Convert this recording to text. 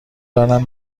دارم